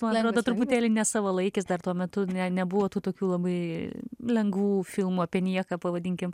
man atrodo truputėlį nesavalaikis dar tuo metu nebuvo tų tokių labai lengvų filmų apie nieką pavadinkim